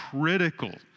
critical